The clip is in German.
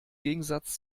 gegensatz